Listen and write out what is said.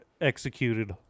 executed